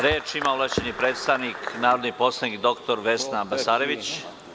Reč ima ovlašćeni predstavnik, narodni poslanik dr Vesna Besarović.